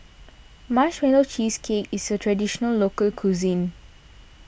Marshmallow Cheesecake is a Traditional Local Cuisine